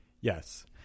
Yes